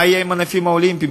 מה יהיה עם הענפים האולימפיים?